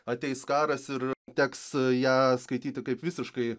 ateis karas ir teks ją skaityti kaip visiškai